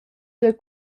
duei